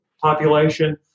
population